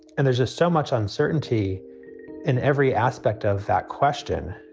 and there's just so much uncertainty in every aspect of that question